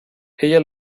ella